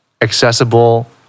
accessible